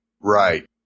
Right